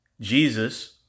Jesus